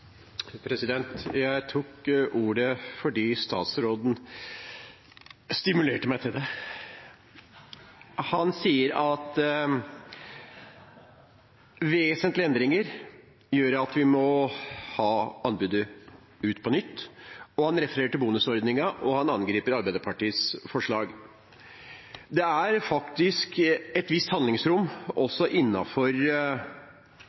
Jeg tok ordet fordi statsråden stimulerte meg til det. Han sier at vesentlige endringer gjør at vi må ha anbudet ut på nytt, han refererer til bonusordningen, og han angriper Arbeiderpartiets forslag. Det er etter min oppfatning faktisk et visst handlingsrom